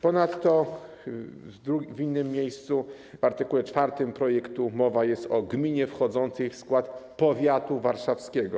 Ponadto w innym miejscu, w art. 4 projektu, mowa jest o gminie wchodzącej w skład powiatu warszawskiego.